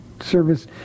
service